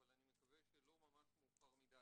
אבל אני מקווה שלא ממש מאוחר מדי.